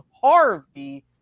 Harvey